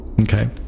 Okay